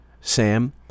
Sam